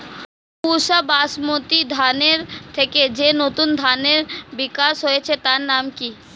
পুসা বাসমতি ধানের থেকে যে নতুন ধানের বিকাশ হয়েছে তার নাম কি?